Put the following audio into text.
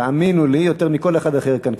תאמינו לי שיותר מכל אחד אחר כאן,